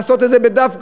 לעשות את זה בדווקא,